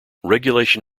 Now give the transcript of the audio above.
regulation